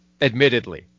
admittedly